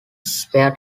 spare